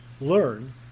learn